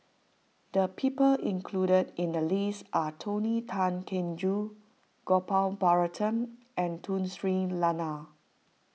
the people included in the list are Tony Tan Keng Joo Gopal Baratham and Tun Sri Lanang